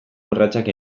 urratsak